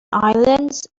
islands